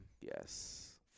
Yes